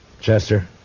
Chester